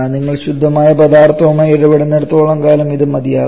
നിങ്ങൾ ശുദ്ധമായ പദാർത്ഥവുമായി ഇടപെടുന്നിടത്തോളം കാലം ഇത് മതിയാകും